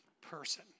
person